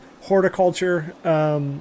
horticulture